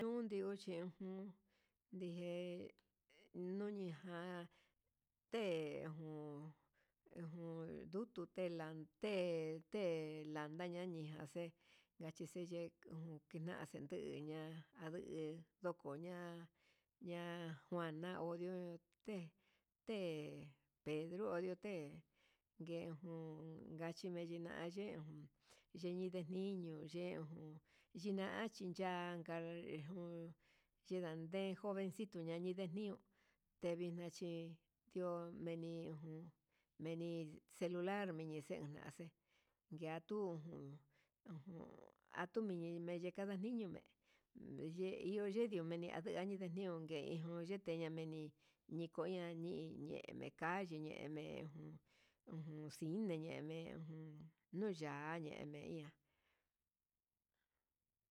Nundio cheun nde nuñi ján te jun ndutu té landa te te landa ña ninja xe'e texecheye jun kian xenduu, teña'a ndu dnokoña ña nguanao té te pedriorio té, ngue jun ngachimena yeun yenii ndeniño yejun yeña'a chinanka yeun chindade jovencito ñande denio yuvixna chí ndo meni ujun, meni celular meni xen aje ngatu ujun atumeñi meni kanda niño'o me'e neyendio yenme ngada ndiungue, ngueniun yinda yameni ñikoña ñiñe'e yekaye meñe jun cine ña menu jun ñuñaye meian.